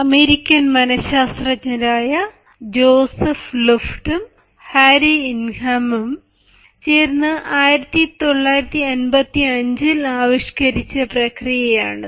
American മനശാസ്ത്രജ്ഞരായ Joseph ലുഫ്റ്റും Harry ഇംഗ്ഹാമും ചേർന്ന് 1955 ൽ ആവിഷ്കരിച്ച പ്രക്രിയയാണിത്